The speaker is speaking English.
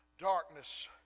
darkness